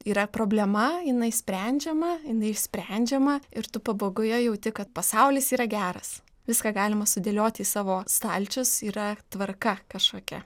yra problema jinai sprendžiama jinai išsprendžiama ir tu pabaigoje jauti kad pasaulis yra geras viską galima sudėlioti į savo stalčius yra tvarka kažkokia